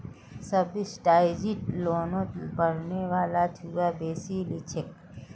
subsidised लोनोत पढ़ने वाला छुआ बेसी लिछेक